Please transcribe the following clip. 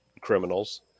criminals